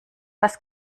was